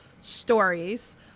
stories